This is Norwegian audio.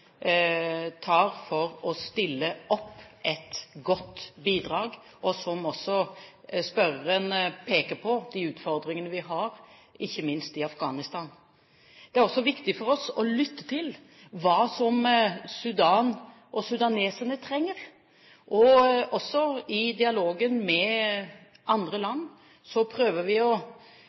å stille opp et godt bidrag og, som også spørreren peker på, de utfordringene vi har, ikke minst i Afghanistan. Det er også viktig for oss å lytte til hva Sudan og sudanere trenger, og også i dialogen med andre land prøver vi å